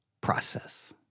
process